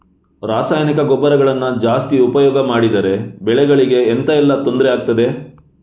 ರಾಸಾಯನಿಕ ಗೊಬ್ಬರಗಳನ್ನು ಜಾಸ್ತಿ ಉಪಯೋಗ ಮಾಡಿದರೆ ಬೆಳೆಗಳಿಗೆ ಎಂತ ಎಲ್ಲಾ ತೊಂದ್ರೆ ಆಗ್ತದೆ?